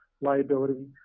liability